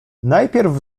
najpierw